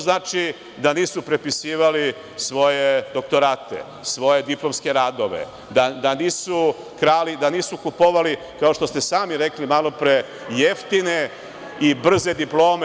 Znači, da nisu prepisivali svoje doktorate, svoje diplomske radove, da nisu krali, da nisu kupovali, kao što ste sami rekli malo pre, jeftine i brze diplome.